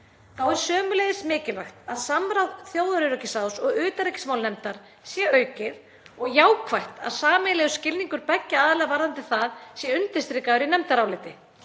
Þá er sömuleiðis mikilvægt að samráð þjóðaröryggisráðs og utanríkismálanefndar sé aukið og jákvætt að sameiginlegur skilningur beggja aðila varðandi það sé undirstrikaður í nefndaráliti.